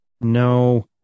No